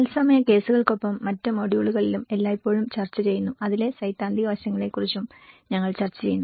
തത്സമയ കേസുകൾക്കൊപ്പം മറ്റ് മൊഡ്യൂളുകളിലും എല്ലായ്പ്പോഴും ചർച്ചചെയ്യുന്നു അതിലെ സൈദ്ധാന്തിക വശങ്ങളെക്കുറിച്ചും ഞങ്ങൾ ചർച്ച ചെയ്യുന്നു